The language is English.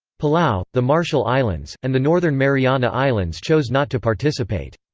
palau, the marshall islands, and the northern mariana islands chose not to participate.